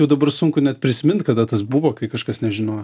jau dabar sunku net prisimint kada tas buvo kai kažkas nežinojo